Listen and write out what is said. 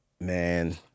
man